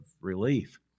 relief